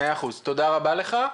תודה רבה לך.